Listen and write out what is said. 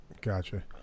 gotcha